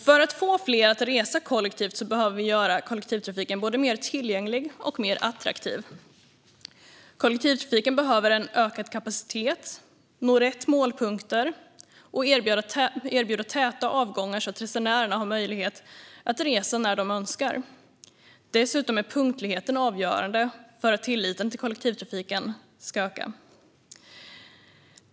För att få fler att resa kollektivt behöver vi göra kollektivtrafiken både mer tillgänglig och mer attraktiv. Kollektivtrafiken behöver ha en ökad kapacitet, nå rätt målpunkter och erbjuda täta avgångar så att resenärerna har möjlighet att resa när de önskar. Dessutom är punktligheten avgörande för att tilliten till kollektivtrafiken ska öka.